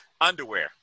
underwear